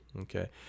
Okay